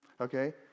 okay